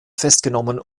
festgenommen